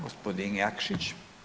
Gospodin Jakšić.